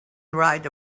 right